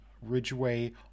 Ridgeway